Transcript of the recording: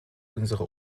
unsere